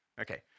Okay